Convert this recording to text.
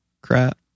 crap